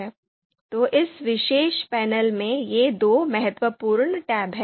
तो इस विशेष पैनल में ये दो महत्वपूर्ण टैब हैं